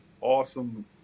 awesome